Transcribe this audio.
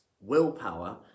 willpower